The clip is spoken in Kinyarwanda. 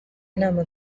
inama